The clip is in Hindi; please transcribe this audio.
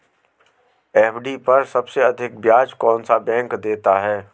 एफ.डी पर सबसे अधिक ब्याज कौन सा बैंक देता है?